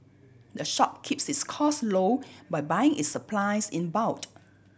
the shop keeps its costs low by buying its supplies in bult